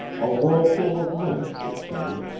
a whirlpool of men, it seemed,